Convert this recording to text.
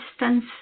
resistance